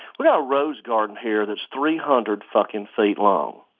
we got a rose garden here that's three hundred fucking feet long.